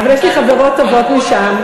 אבל יש לי חברות טובות משם.